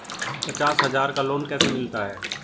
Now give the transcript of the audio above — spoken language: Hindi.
पचास हज़ार का लोन कैसे मिलता है?